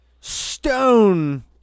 stone